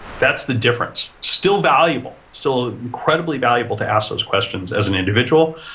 that's the difference, still valuable, still incredibly valuable to ask those questions as an individual.